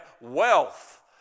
wealth